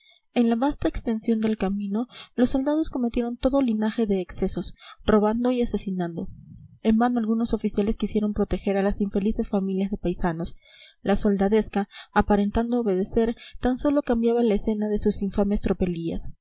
en la vasta extensión del camino los soldados cometieron todo linaje de excesos robando y asesinando en vano algunos oficiales quisieron proteger a las infelices familias de paisanos la soldadesca aparentando obedecer tan sólo cambiaba la escena de sus infames tropelías